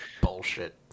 bullshit